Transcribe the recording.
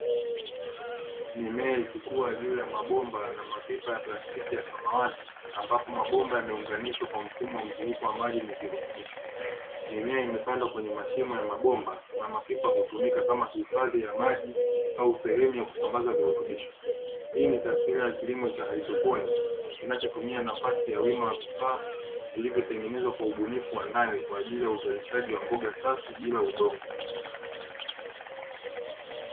Mimea ikikua juu ya mabomba na mapipa ya plastiki ya samawati, ambapo mabomba yameunganishwa kwa mfumo wa mzunguko wa maji yenye virutubisho. Mimea imepandwa kwenye mashimo ya mabomba na mapipa hutumika kama hifadhi ya maji au sehemu ya kusambaza virutubisho. Hii ni taswira ya kilimo cha haidroponi kinachotumia nafasi ya wima ya vifaa vilivyotengenezwa kwa ubunifu wa ndani kwa ajili ya uzalishaji wa mboga safi bila udongo.